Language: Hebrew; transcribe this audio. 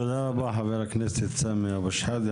תודה רבה חבר הכנסת סמי אבו שחאדה.